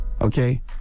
Okay